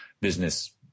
business